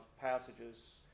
passages